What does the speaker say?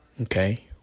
okay